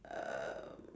erm